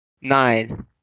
Nine